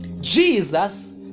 Jesus